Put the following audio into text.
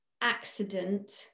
accident